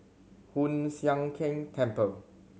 Hoon Sian Keng Temple